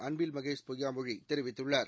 Anbil Mahesh பொய்யாமொழிதெரிவித்துள்ளார்